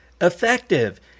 Effective